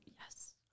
yes